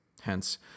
Hence